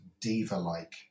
diva-like